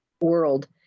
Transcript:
world